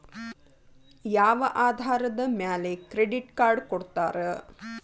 ಯಾವ ಆಧಾರದ ಮ್ಯಾಲೆ ಕ್ರೆಡಿಟ್ ಕಾರ್ಡ್ ಕೊಡ್ತಾರ?